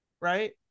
Right